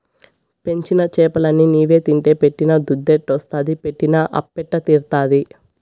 పెంచిన చేపలన్ని నీవే తింటే పెట్టిన దుద్దెట్టొస్తాది పెట్టిన అప్పెట్ట తీరతాది